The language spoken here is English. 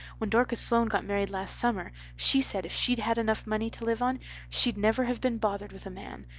when dorcas sloane got married last summer she said if she'd had enough money to live on she'd never have been bothered with a man,